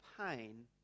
pain